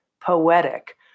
poetic